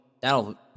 That'll